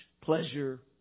pleasure